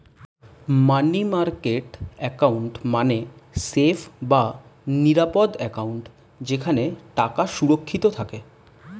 মানি market account মানে safe বা নিরাপদ অ্যাকাউন্ট যেখানে টাকা সুরক্ষিত থাকে